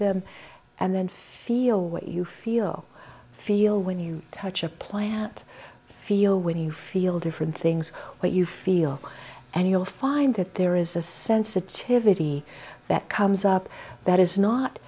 them and then feel what you feel feel when you touch a plant feel when you feel different things what you feel and you'll find that there is a sensitivity that comes up that is not